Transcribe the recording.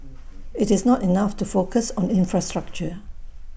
IT is not enough to focus on infrastructure